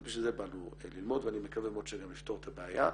אז בשביל זה באנו ללמוד ואני מקווה מאוד שגם לפתור את הבעיה.